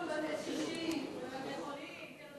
בבתי קשישים, בבתי-חולים.